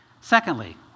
Secondly